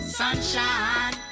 sunshine